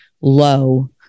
low